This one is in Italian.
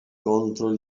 contro